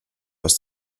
aus